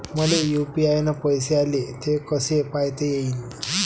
मले यू.पी.आय न पैसे आले, ते कसे पायता येईन?